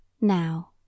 Now